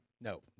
no